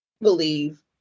believe